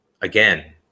again